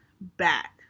back